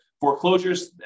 Foreclosures